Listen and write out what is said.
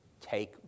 take